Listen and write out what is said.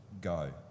go